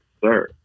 sir